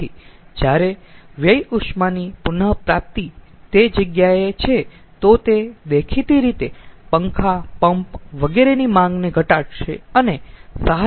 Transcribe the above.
તેથી જ્યારે વ્યય ઉષ્માની પુન પ્રાપ્તિ તે જગ્યાએ છે તો તે દેખીતી રીતે પંખા પંપ વગેરેની માંગને ઘટાડશે અને સહાયક શક્તિ વપરાશને ઘટાડશે